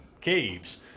caves